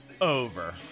over